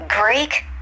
greek